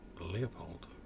leopold